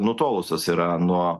nutolusios yra nuo